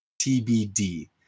TBD